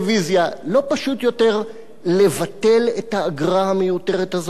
לא פשוט יותר לבטל את האגרה המיותרת הזאת וגמרנו?